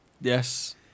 Yes